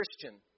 Christian